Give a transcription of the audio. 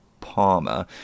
Palmer